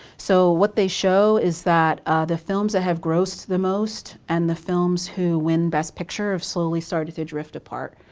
so what they show is that the films that have grossed the most and the films who win best picture have slowly started to drift apart.